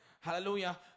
Hallelujah